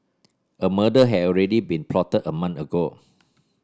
a murder had already been plotted a month ago